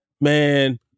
man